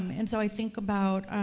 um and so i think about,